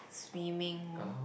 swimming orh